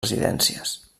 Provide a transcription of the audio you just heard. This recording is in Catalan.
residències